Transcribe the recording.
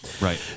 Right